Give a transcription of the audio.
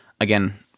Again